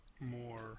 more